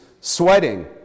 sweating